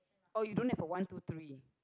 oh you don't have a one two three